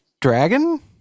dragon